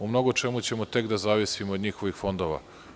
U mnogo čemu ćemo tek da zavisimo od njihovih fondova.